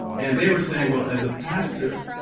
and they were saying well, as a pastor,